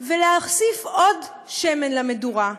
ולהוסיף עוד שמן למדורה,